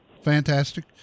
Fantastic